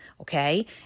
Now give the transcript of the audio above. Okay